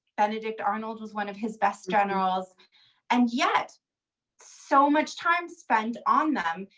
benedict arnold was one of his best generals and yet so much time spent on them,